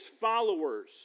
followers